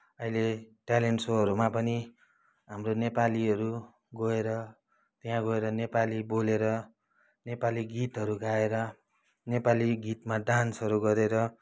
अहिले ट्यालेन्ट सोहरूमा पनि हाम्रो नेपालीहरू गएर त्यहाँ गएर नेपाली बोलेर नेपाली गीतहरू गाएर नेपाली गीतमा डान्सहरू गरेर